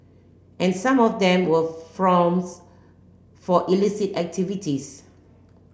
and some of them were fronts for illicit activities